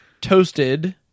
Toasted